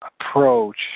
approach